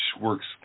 works